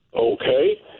Okay